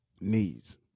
Knees